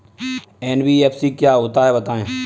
NBFC क्या होता है बताएँ?